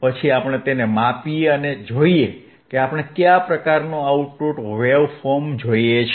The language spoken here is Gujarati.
પછી આપણે તેને માપીએ અને જોઈએ કે આપણે કયા પ્રકારનું આઉટપુટ વેવફોર્મ જોઈએ છે